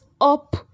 up